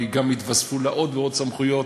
וגם יתווספו לה עוד ועוד סמכויות.